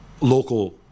local